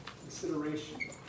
consideration